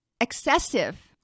excessive